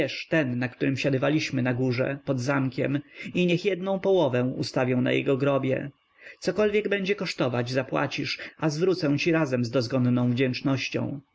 na którym siadywaliśmy na górze pod zamkiem i niech jedną połowę ustawią na jego grobie cokolwiek będzie kosztować zapłacisz a zwrócę ci razem z dozgonną wdzięcznością